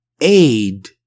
aid